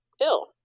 ill